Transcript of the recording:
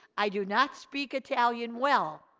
i do not speak italian well,